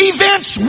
Events